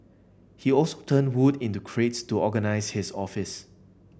he turned hood into crates to organise his office